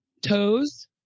Toes